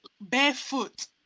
barefoot